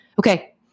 Okay